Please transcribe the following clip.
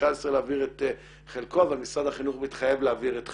להעביר את חלקו אבל משרד החינוך מתחייב להעביר את חלקו,